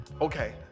okay